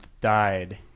died